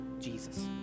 Jesus